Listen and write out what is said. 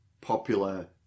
popular